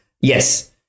yes